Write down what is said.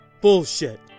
Bullshit